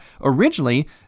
originally